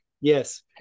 Yes